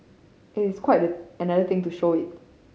it's quite another thing to show it